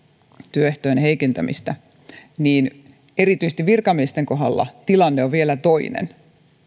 työehtojen heikentämistä erityisesti virkamiesten kohdalla tilanne on vielä toinen